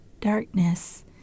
darkness